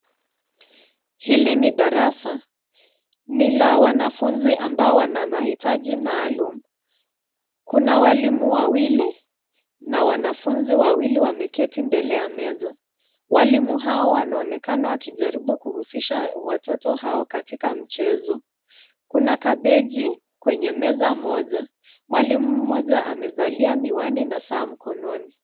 Hili ni darasa, ni la wanafunzi ambao wana mahitaji maalum. Kuna walimu wawili na wanafunzi wawili wameketi mbele ya meza. Walimu hao wanaonekana wakijaribu kuhusisha watoto hao katika mchezo. Kuna kabeji kwenye meza moja. Mwalimu moja amevalia miwani na saa mkononi.